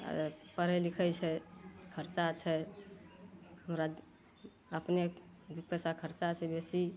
पढ़ै लिखै छै खर्चा छै हमरा अपने दू पैसा खर्चा छै बेसी